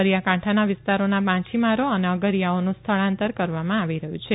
દરિયાકાંઠાના વિસ્તારોના માછીમારો અને અગરીયાઓનું સ્થળાંતર કરવામાં આવી રહયું છે